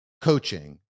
coaching